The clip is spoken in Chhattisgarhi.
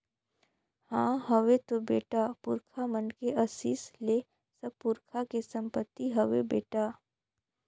हां हवे तो बेटा, पुरखा मन के असीस ले सब पुरखा के संपति हवे बेटा